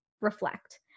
reflect